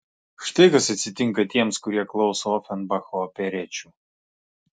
štai kas atsitinka tiems kurie klauso ofenbacho operečių